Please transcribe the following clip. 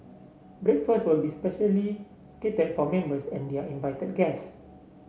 breakfast will be specially catered for members and their invited guests